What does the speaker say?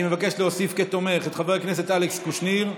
אני מבקש להוסיף כתומך את חבר הכנסת אלכס קושניר,